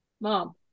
mom